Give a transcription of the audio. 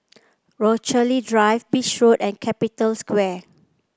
Rochalie Drive Beach Road and Capital Square